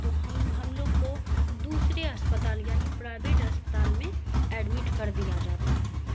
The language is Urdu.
تو ہم ہم لوگ کو دوسرے اسپتال یعنی پرائیویٹ اسپتال میں ایڈمٹ کر دیا جاتا ہے